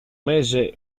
mese